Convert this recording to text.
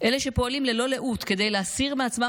אלה שפועלים ללא לאות כדי להסיר מעצמם